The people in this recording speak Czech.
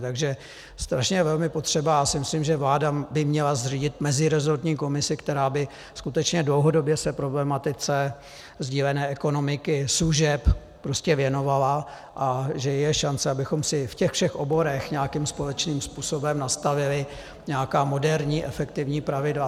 Takže strašně je velmi potřeba, a myslím, že vláda by měla zřídit meziresortní komisi, která by se skutečně dlouhodobě problematice sdílené ekonomiky služeb prostě věnovala, a že je šance, abychom si v těch všech oborech nějakým společným způsobem nastavili nějaká moderní efektivní pravidla.